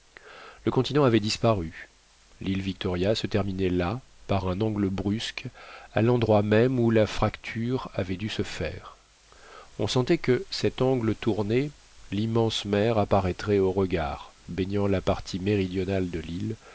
le continent avait disparu l'île victoria se terminait là par un angle brusque à l'endroit même où la fracture avait dû se faire on sentait que cet angle tourné l'immense mer apparaîtrait aux regards baignant la partie méridionale de l'île